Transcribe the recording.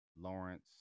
Lawrence